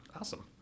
Awesome